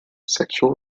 sexual